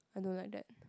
I don't like that